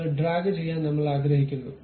അത് ഡ്രാഗ് ചെയ്യാൻ നമ്മൾ ആഗ്രഹിക്കുന്നു